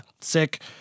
sick